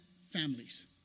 families